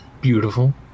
beautiful